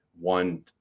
one